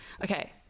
okay